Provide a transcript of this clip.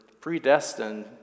predestined